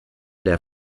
der